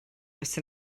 dros